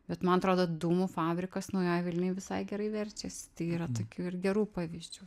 bet man atrodo dūmų fabrikas naujojoj vilnioj visai gerai verčiasi tai yra tokių ir gerų pavyzdžių